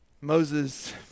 Moses